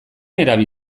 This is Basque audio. erabil